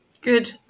Good